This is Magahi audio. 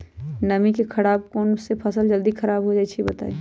नमी के कारन कौन स फसल जल्दी खराब होई छई बताई?